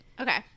Okay